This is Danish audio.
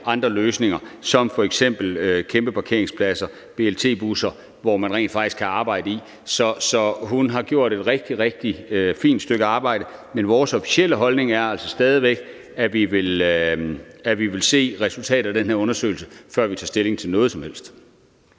andre løsninger som f.eks. kæmpe parkeringspladser, BRT-busser, som man rent faktisk kan arbejde i. Så hun har gjort et rigtig, rigtig fint stykke arbejde, men vores officielle holdning er altså stadig væk, at vi vil se resultatet af den her undersøgelse, før vi tager stilling til noget som helst.